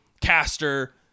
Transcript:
caster